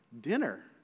dinner